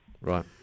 Right